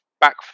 back